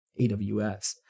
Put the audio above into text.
AWS